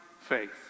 faith